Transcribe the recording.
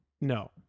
No